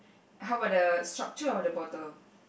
how about the structure of the bottle